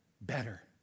better